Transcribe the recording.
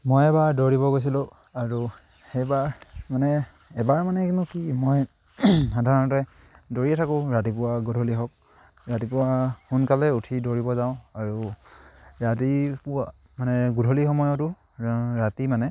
মই এবাৰ দৌৰিব গৈছিলোঁ আৰু সেইবাৰ মানে এবাৰ মানেনো কি মই সাধাৰণতে দৌৰিয়ে থাকোঁ ৰাতিপুৱা গধূলি হওক ৰাতিপুৱা সোনকালে উঠি দৌৰিব যাওঁ আৰু ৰাতিপুৱা মানে গধূলি সময়তো ৰাতি মানে